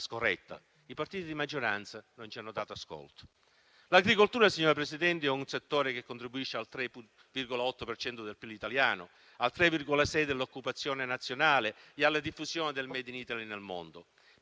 scorretta. I partiti di maggioranza non ci hanno dato ascolto. Signora Presidente, l'agricoltura presidente è un settore che contribuisce al 3,8 per cento del PIL italiano e al 3,6 dell'occupazione nazionale e alla diffusione del *made in Italy* nel mondo.